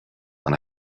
and